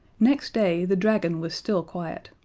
next day the dragon was still quiet,